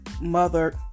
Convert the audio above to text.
mother